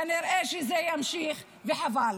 כנראה שזה ימשיך, וחבל.